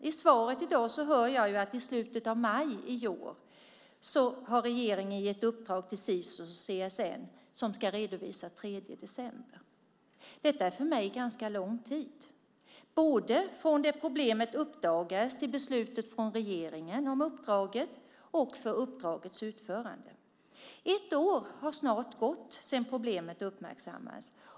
I svaret i dag hör jag att regeringen i slutet av maj i år gav ett uppdrag till Sisus och CSN som ska redovisas den 3 december. Jag tycker att det är en ganska lång tid från det att problemet uppdagades till beslutet från regeringen om uppdraget och uppdragets utförande. Ett år har snart gått sedan problemet uppmärksammades.